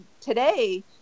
today